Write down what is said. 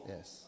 Yes